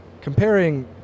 comparing